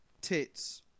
tits